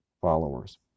followers